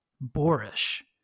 boorish